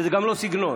זה גם לא סגנון.